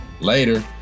Later